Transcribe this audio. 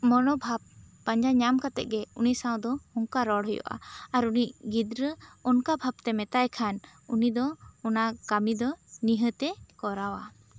ᱢᱚᱱᱚᱵᱷᱟᱵ ᱯᱟᱸᱡᱟ ᱧᱟᱢ ᱠᱟᱛᱮ ᱜᱮ ᱤᱱᱤ ᱥᱟᱶ ᱫᱚ ᱚᱱᱠᱟ ᱨᱚᱲ ᱦᱩᱭᱩᱜᱼᱟ ᱟᱨ ᱩᱱᱤ ᱜᱤᱫᱽᱨᱟᱹ ᱚᱱᱠᱟ ᱵᱷᱟᱵ ᱛᱮ ᱢᱮᱛᱟᱛᱭ ᱠᱷᱟᱱ ᱩᱱᱤ ᱫᱚ ᱚᱱᱟ ᱠᱟᱹᱢᱤ ᱫᱚ ᱱᱤᱦᱟᱹᱛᱮ ᱠᱚᱨᱟᱣᱟ